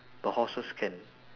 but horses can